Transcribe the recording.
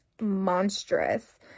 monstrous